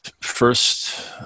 first